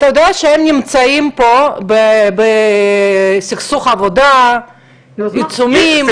אתה יודע שהם נמצאים פה בסכסוך עבודה, עיצומים.